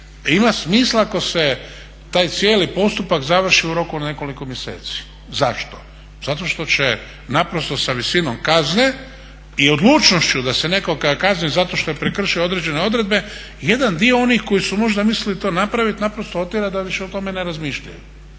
ima smisla ako se taj cijeli postupak završi u roku nekoliko mjeseci. Zašto? Zato što će naprosto sa visinom kazne i odlučnošću da se nekoga kazni zato što je prekršio određene odredbe jedan dio onih koji su možda mislili to napravit naprosto otjerat da više o tome ne razmišljaju.